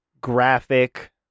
graphic